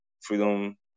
freedom